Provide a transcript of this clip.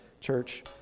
church